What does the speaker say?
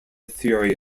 theory